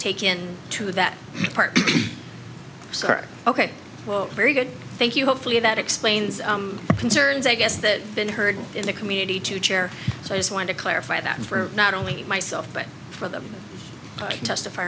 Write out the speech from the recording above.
take in to that part ok well very good thank you hopefully that explains the concerns i guess that been heard in the community to chair so i just wanted to clarify that for not only myself but for them to testify